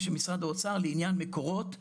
של משרד האוצר לעניין מקורות והוצאות,